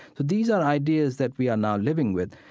but these are ideas that we are now living with.